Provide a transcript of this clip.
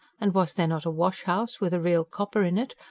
and was there not a wash-house, with a real copper in it,